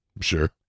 Sure